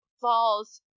falls